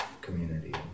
community